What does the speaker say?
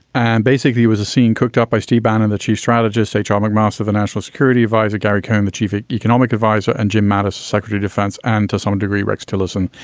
and basically was a scene cooked up by steve bannon, the chief strategist, a charming mouse of the national security advisor, gary cohn, the chief economic adviser, and jim mattis, secretary, defense and to some degree, rex tillerson,